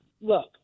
look